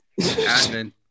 admin